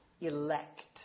elect